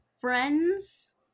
friends